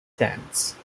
chance